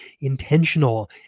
intentional